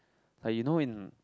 like you know in